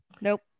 Nope